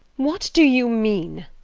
what do you mean?